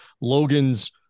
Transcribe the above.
Logan's